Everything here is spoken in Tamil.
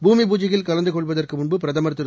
பூமி பூஜையில் கலந்து கொள்வதற்கு முன்பு பிரதமர் திரு